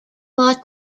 lot